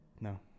No